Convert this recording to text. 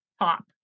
top